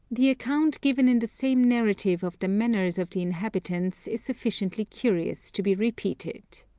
the account given in the same narrative of the manners of the inhabitants is sufficiently curious to be repeated.